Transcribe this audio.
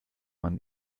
man